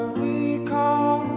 we call